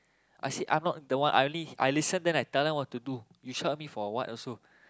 I said I'm not the one I only I listen and tell them what to do you shout at me for what also